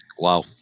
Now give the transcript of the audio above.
Wow